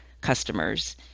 customers